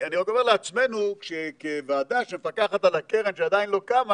אני רק אומר לעצמנו שכוועדה שמפקחת על הקרן שעדיין לא קמה,